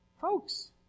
Folks